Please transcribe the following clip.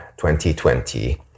2020